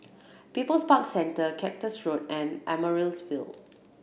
People's Park Centre Cactus Road and Ville